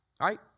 right